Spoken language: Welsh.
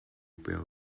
bêl